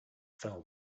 fell